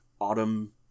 autumn